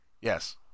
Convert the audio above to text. Yes